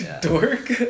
dork